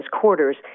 quarters